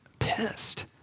pissed